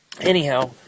anyhow